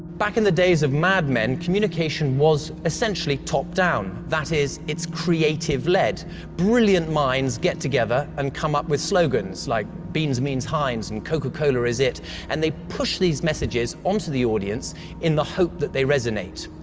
back in the days of mad men, communication was essentially top-down, that is, it's creative led brilliant minds get together and come up with slogans like, beans means heinz and coca-cola is it and they push these messages on to the audience in the hope that they resonate.